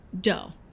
dough